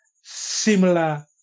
similar